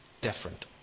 different